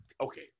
okay